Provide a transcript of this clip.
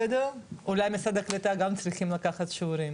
אולי משרד העלייה והקליטה צריכים גם לקחת שיעורים,